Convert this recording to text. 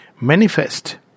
manifest